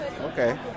Okay